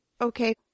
okay